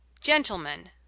Gentlemen